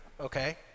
okay